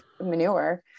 manure